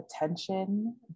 attention